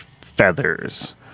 Feathers